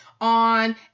on